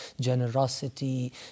generosity